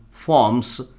Forms